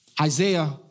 Isaiah